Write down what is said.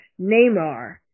Neymar